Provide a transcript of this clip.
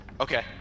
okay